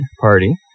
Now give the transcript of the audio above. party